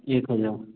एक हज़ार